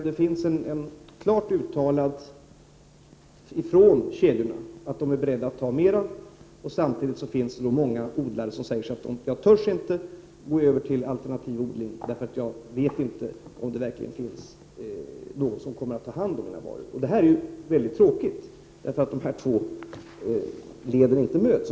Det finns klart utttalat av kedjorna att de är beredda att ta emot mer varor. Samtidigt finns det många odlare som säger att de inte törs gå över till alternativ odling, eftersom de inte vet om det verkligen finns någon som kommer att ta hand om deras varor. Det är mycket tråkigt att dessa två led inte möts.